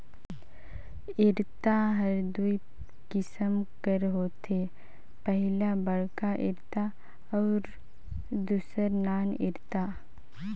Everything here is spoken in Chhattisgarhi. इरता हर दूई किसिम कर होथे पहिला बड़खा इरता अउ दूसर नान इरता